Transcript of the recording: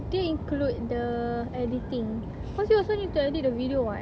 dia include the editing cause you also need to edit the video [what]